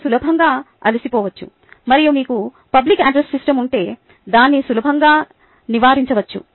మీరు సులభంగా అలసిపోవచ్చు మరియు మీకు పబ్లిక్ అడ్రస్ సిస్టమ్ ఉంటే దాన్ని సులభంగా నివారించవచ్చు